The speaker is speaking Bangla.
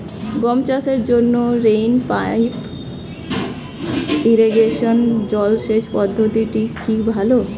গম চাষের জন্য রেইন পাইপ ইরিগেশন জলসেচ পদ্ধতিটি কি ভালো?